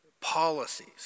policies